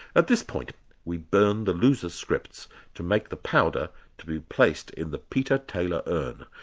at this point we burn the losers' scripts to make the powder to be placed in the peter taylor urn,